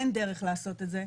אין דרך לעשות את זה,